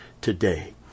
today